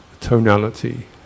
Tonality